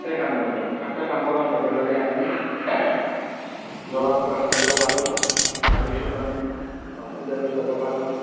সাপে কামোৰাটো সাতে কামোৰাতো লগে লগে আমি জৰা ফুকা কৰিব পাৰোঁ তাৰ পিছত আমি হস্পিটালত যাব পাৰোঁ